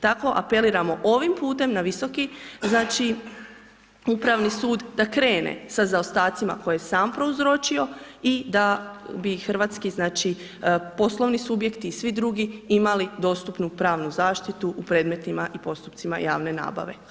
Tako apeliramo ovim putem na Visoki upravni sud da krene sa zaostacima koje je sam prouzročio i da bi hrvatski poslovni subjekti i svi drugi imali dostupnu pravnu zaštitu u predmetima i postupcima javne nabave.